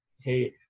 Hey